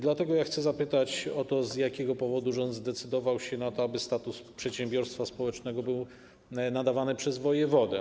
Dlatego chcę zapytać o to, z jakiego powodu rząd zdecydował się na to, aby status przedsiębiorstwa społecznego był nadawany przez wojewodę.